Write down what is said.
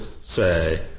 say